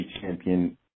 champion